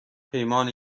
پیمان